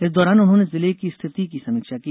इस दौरान उन्होंने जिले की स्थिति की समीक्षा की